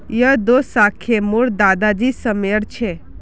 यह दो शाखए मोर दादा जी समयर छे